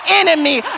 enemy